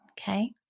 okay